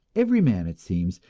every man, it seems,